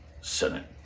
Senate